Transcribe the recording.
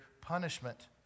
punishment